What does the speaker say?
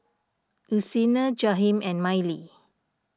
Lucina Jaheem and Mylie